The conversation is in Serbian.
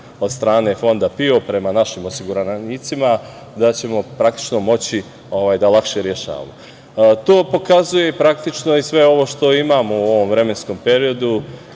od strane Fonda PIO prema našem osiguranicima, da ćemo moći da lakše rešavamo. To pokazuje i sve ovo što imamo u ovom vremenskom periodu,